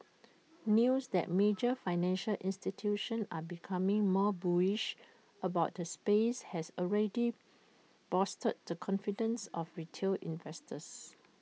news that major financial institutions are becoming more bullish about the space has already bolstered the confidence of retail investors